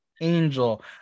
angel